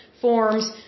forms